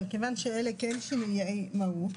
אבל כיוון שאלה כן שינויי מהות,